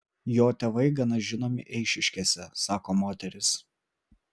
jo tėvai gana žinomi eišiškėse sako moteris